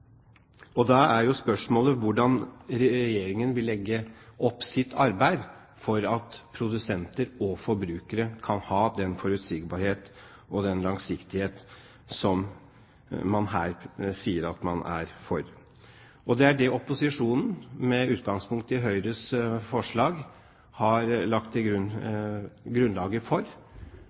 med. Da er spørsmålet: Hvordan vil Regjeringen legge opp sitt arbeid for at produsenter og forbrukere kan ha den forutsigbarhet og den langsiktighet man her sier at man er for? Det er det opposisjonen, med utgangspunkt i Høyres forslag, har lagt grunnlaget for.